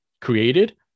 created